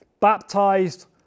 baptized